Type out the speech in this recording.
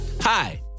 Hi